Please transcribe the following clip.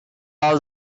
all